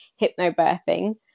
hypnobirthing